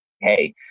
Hey